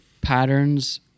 patterns